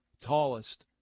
tallest